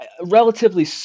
relatively